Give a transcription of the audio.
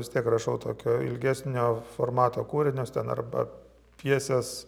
vis tiek rašau tokio ilgesnio formato kūrinius ten arba pjesės